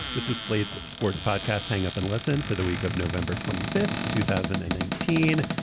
this is slate's sports podcast. hang up and listen for the week of november twenty fifth, two thousand and nineteen.